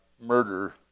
murder